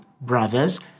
brothers